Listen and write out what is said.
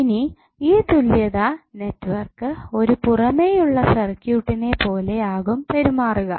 ഇനി ഈ തുല്യത നെറ്റ്വർക്ക് ഒരു പുറമേയുള്ള സർക്യൂട്ട്നെ പോലെ ആകും പെരുമാറുക